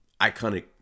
iconic